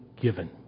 given